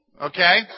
okay